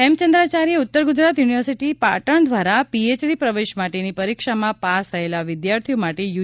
Hemchandracharya Uttar Gujarat university Patan દ્વારા PhD પ્રવેશ માટેની પરિક્ષામાં પાસ થયેલા વિદ્યાર્થીઓ માટે યુ